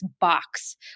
box